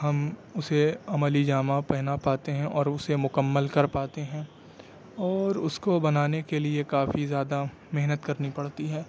ہم اسے عملی جامہ پہنا پاتے ہیں اور اسے مکمل کر پاتے ہیں اور اس کو بنانے کے لیے کافی زیادہ محنت کرنی پڑتی ہے